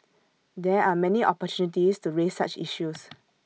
there are many opportunities to raise such issues